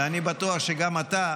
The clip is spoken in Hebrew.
ואני בטוח שגם אתה,